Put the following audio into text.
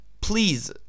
please